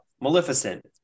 Maleficent